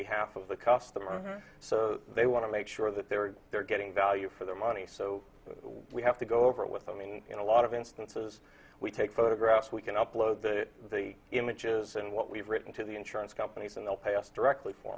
behalf of the customer so they want to make sure that they're they're getting value for their money so we have to go over it with them and in a lot of instances we take photographs we can upload the images and what we've written to the insurance companies and they'll pass directly for